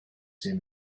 same